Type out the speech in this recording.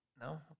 No